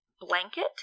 blanket